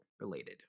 related